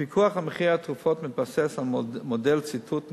הפיקוח על מחיר התרופות מתבסס על מודל ציטוט מחירים.